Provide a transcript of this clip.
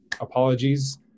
apologies